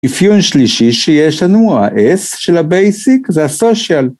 ‫אפיון שלישי שיש לנו, ‫ה-S של ה-Basic זה ה-Social.